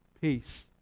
Peace